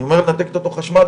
אני אומר לנתק את אותו חשמל,